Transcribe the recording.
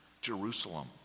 Jerusalem